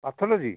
pathology